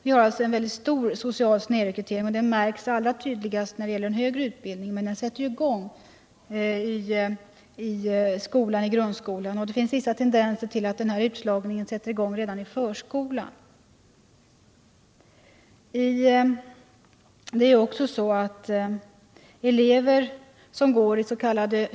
Vi har alltså en mycket stor social snedrekrytering, och den märks allra tydligast när det gäller den högre utbildningen, men den gör sig gällande i grundskolan och det finns vissa tendenser till att den startar redan i förskolan. Vidare bor elever som går is.k.